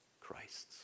Christ's